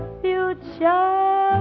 future